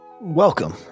Welcome